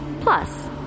plus